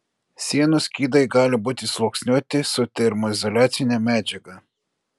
sienų skydai gali būti sluoksniuoti su termoizoliacine medžiaga